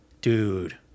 dude